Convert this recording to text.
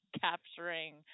capturing